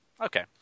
Okay